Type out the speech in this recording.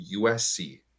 USC